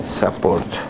support